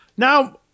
Now